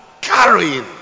carrying